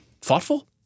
thoughtful